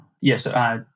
Yes